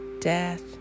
death